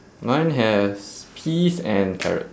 mine has peas and carrot